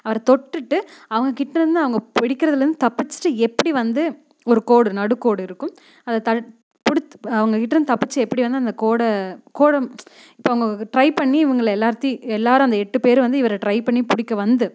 அவரை தொட்டுவிட்டு அவங்கக்கிட்ட இருந்து அவங்க பிடிக்கிறதுலுருந்து தப்பிச்சிவிட்டு எப்படி வந்து ஒரு கோடு நடுக்கோடு இருக்கும் அதை அவங்கக்கிட்ட தப்பிச்சி எப்படி வந்து அந்த கோடை கோடு இப்போ அவங்க ட்ரைப்பண்ணி இவங்கள எல்லார்த்தையும் எல்லாரும் அந்த எட்டு பேர் வந்து இவரை ட்ரைப்பண்ணி பிடிக்க வந்து